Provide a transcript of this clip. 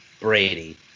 Brady